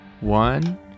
One